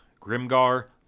Grimgar